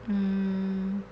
um